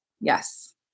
Yes